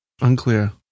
Unclear